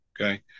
Okay